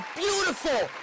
beautiful